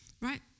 right